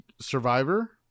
Survivor